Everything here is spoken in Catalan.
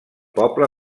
poble